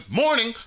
morning